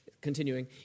continuing